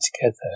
Together